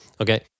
okay